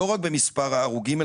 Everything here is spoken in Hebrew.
לא רק במספר ההרוגים,